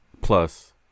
plus